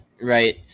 right